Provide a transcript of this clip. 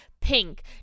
pink